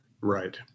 Right